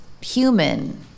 human